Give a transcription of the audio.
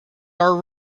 are